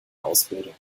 ausbildung